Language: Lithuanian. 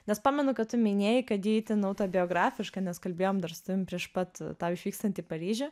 nes pamenu kad tu minėjai kad ji itin autobiografiška nes kalbėjom dar su tavim prieš pat tau išvykstant į paryžių